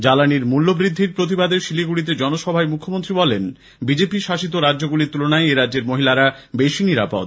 জ্বালানীর মূল্যবৃদ্ধির প্রতিবাদে শিলিগুড়িতে জনসভায় মুখ্যমন্ত্রী বলেছেন বিজেপি শাসিত রাজ্যগুলির তুলনায় এরাজ্যের মহিলারা বেশি নিরাপদ